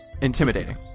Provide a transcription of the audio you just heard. Intimidating